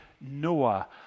Noah